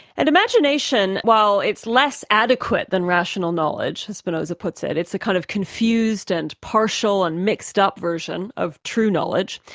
and imagination, while it's less adequate than rational knowledge, as spinoza puts it, it's a kind of confused and partial and mixed-up version of true knowledge,